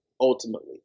ultimately